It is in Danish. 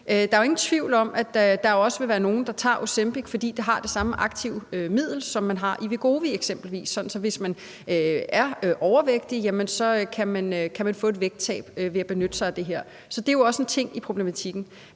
der er ingen tvivl om, at der også vil være nogle, der tager Ozempic, fordi det har det samme aktive middel, som eksempelvis Wegovy har, sådan at hvis man er overvægtig, kan man få et vægttab ved at benytte sig af det her. Så det er jo også en ting i problematikken.